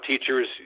teachers